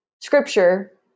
Scripture